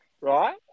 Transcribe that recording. right